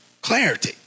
Clarity